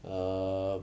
err